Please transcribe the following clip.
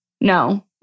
no